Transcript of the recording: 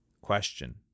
Question